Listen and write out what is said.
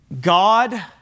God